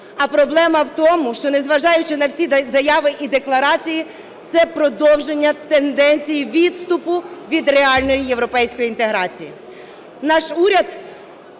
А проблема в тому, що, незважаючи на всі заяви і декларації, це продовження тенденції відступу від реальної європейської інтеграції.